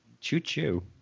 Choo-choo